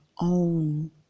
own